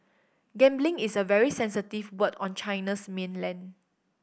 gambling is a very sensitive word on China's mainland